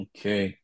Okay